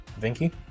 Vinky